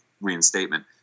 reinstatement